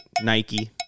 Nike